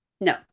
No